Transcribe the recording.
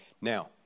Now